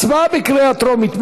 הצבעה בקריאה טרומית.